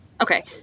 Okay